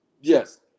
Yes